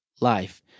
life